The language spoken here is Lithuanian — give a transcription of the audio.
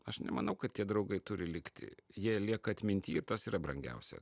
aš nemanau kad tie draugai turi likti jie lieka atminty tas yra brangiausia